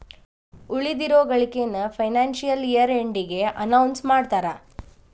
ಉಳಿದಿರೋ ಗಳಿಕೆನ financial year ಎಂಡಿಗೆ ಅನೌನ್ಸ್ ಮಾಡ್ತಾರಾ